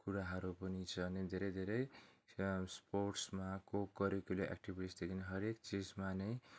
कुराहरू पनि छ अनि धेरै धेरै स्पोर्ट्समा कोकरिक्युलर एक्टिभिटिसदेखि हरेक चिजमा नै